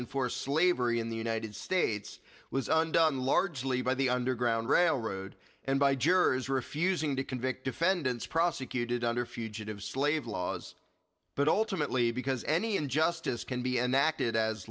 enforced slavery in the united states was undone largely by the underground railroad and by jurors refusing to convict defendants prosecuted under fugitive slave law as but ultimately because any injustice can be enacted as